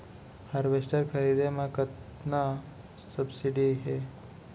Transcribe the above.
Harvester खरीदे म कतना सब्सिडी हे?